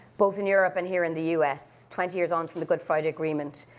both in europe and here in the us, twenty years on from the good friday agreement.